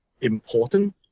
important